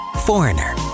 Foreigner